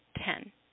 ten